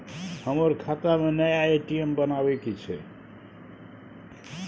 हमर खाता में नया ए.टी.एम बनाबै के छै?